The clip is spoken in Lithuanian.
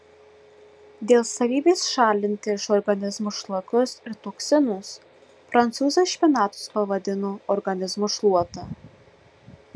dėl savybės šalinti iš organizmo šlakus ir toksinus prancūzai špinatus pavadino organizmo šluota